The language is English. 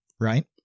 Right